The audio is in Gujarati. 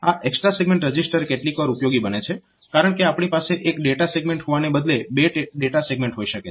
આ એક્સ્ટ્રા સેગમેન્ટ રજીસ્ટર કેટલીક વાર ઉપયોગી બને છે કારણકે આપણી પાસે એક ડેટા સેગમેન્ટ હોવાને બદલે બે ડેટા સેગમેન્ટ હોઈ શકે છે